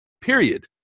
period